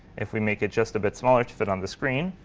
if we make it just a bit smaller to fit on the screen,